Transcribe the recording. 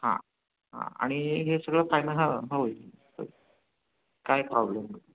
हां हां आणि हे सगळं फायनल हो हो काही प्रॉब्लेम नाही